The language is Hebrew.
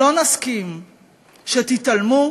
לא נסכים שתתעלמו,